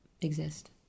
exist